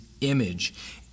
image